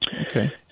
Okay